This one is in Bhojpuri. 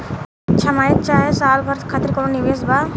छमाही चाहे साल भर खातिर कौनों निवेश बा का?